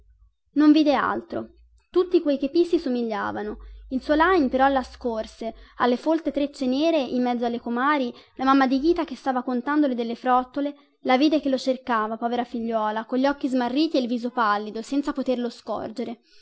non vide altro tutti quei chepì si somigliavano il suo lajn però la scorse alle folte trecce nere in mezzo alle comari la mamma di ghita che stava contandole delle frottole la vide che lo cercava povera figliuola con gli occhi smarriti e il viso pallido senza poterlo scorgere